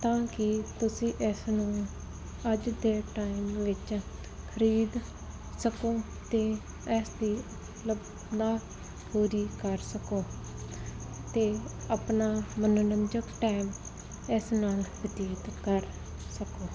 ਤਾਂ ਕਿ ਤੁਸੀਂ ਇਸ ਨੂੰ ਅੱਜ ਦੇ ਟਾਈਮ ਵਿੱਚ ਖਰੀਦ ਸਕੋ ਅਤੇ ਇਸਦੀ ਮਤਲਬ ਤਮੰਨਾ ਪੂਰੀ ਕਰ ਸਕੋ ਅਤੇ ਆਪਣਾ ਮੰਨੋਰੰਜਕ ਟਾਈਮ ਇਸ ਨਾਲ ਬਤੀਤ ਕਰ ਸਕੋ